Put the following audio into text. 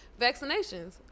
vaccinations